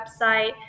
website